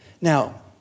Now